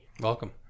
Welcome